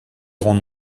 grand